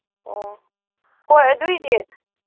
ꯑꯣ ꯍꯣꯏ ꯑꯗꯣꯏꯗꯤ